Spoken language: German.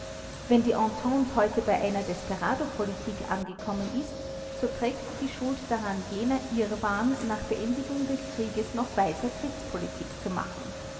wenn die entente heute bei einer desperadopolitik angekommen ist so trägt die schuld daran jener irrwahn nach beendigung des krieges noch weiter kriegspolitik zu machen